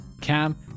Cam